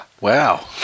Wow